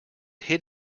hid